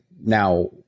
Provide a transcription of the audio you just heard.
now